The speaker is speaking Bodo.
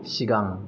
सिगां